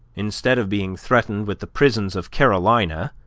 instead of being threatened with the prisons of carolina,